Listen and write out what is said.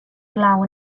clau